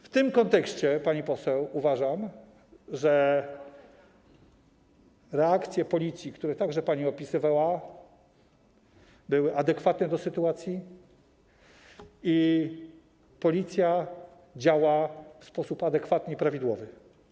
W tym kontekście, pani poseł, uważam, że reakcje Policji, które także pani opisywała, były adekwatne do sytuacji i Policja działa w sposób adekwatny i prawidłowy.